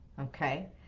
okay